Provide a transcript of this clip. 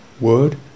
word